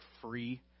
free